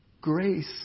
grace